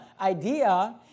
idea